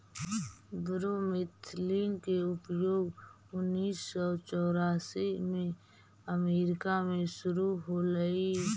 bromethalin के उपयोग उन्नीस सौ चौरासी में अमेरिका में शुरु होलई